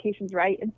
Right